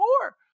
more